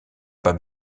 pas